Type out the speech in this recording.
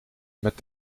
met